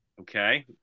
Okay